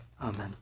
Amen